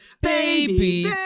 baby